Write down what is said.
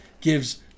gives